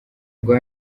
rwa